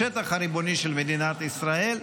לשטח הריבוני של מדינת ישראל,